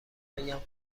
بگم